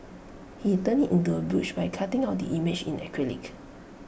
he turned IT into A brooch by cutting out the image in acrylic